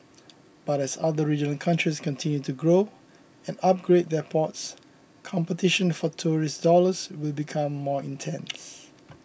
but as other regional countries continue to grow and upgrade their ports competition for tourist dollars will become more intense